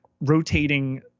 rotating